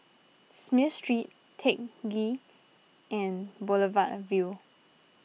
Smith Street Teck Ghee and Boulevard Vue